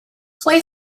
play